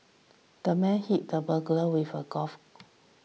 the man hit the burglar with a golf